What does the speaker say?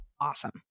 awesome